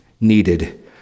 needed